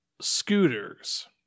scooters